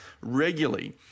regularly